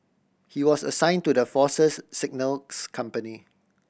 he was assign to the Force's Signals company